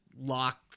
lock